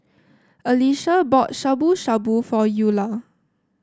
Alesha bought Shabu Shabu for Eulah